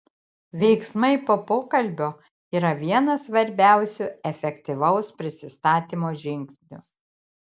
veiksmai po pokalbio yra vienas svarbiausių efektyvaus prisistatymo žingsnių